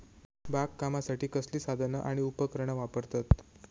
बागकामासाठी कसली साधना आणि उपकरणा वापरतत?